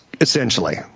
essentially